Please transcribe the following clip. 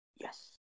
Yes